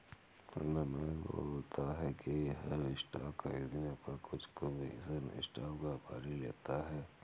रमेश बोलता है कि हर स्टॉक खरीदने पर कुछ कमीशन स्टॉक व्यापारी लेता है